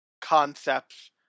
concepts